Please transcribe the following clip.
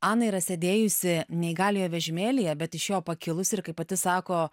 ana yra sėdėjusi neįgaliojo vežimėlyje bet iš jo pakilusi ir kaip pati sako